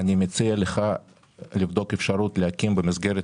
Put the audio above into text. אני מציע לך לבדוק אפשרות להקים במסגרת